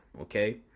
okay